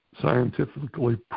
scientifically